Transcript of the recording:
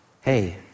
Hey